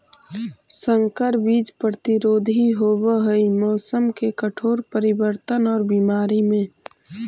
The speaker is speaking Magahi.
संकर बीज प्रतिरोधी होव हई मौसम के कठोर परिवर्तन और बीमारी में